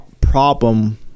problem